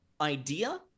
idea